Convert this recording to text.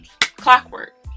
clockwork